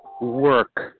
work